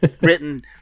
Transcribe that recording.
written